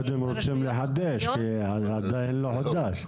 קודם רוצים לחדש כי עדיין לא חודש.